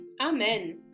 Amen